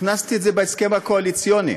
הכנסתי את זה בהסכם הקואליציוני